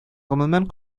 гомумән